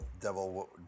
devil